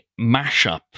mashup